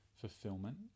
fulfillment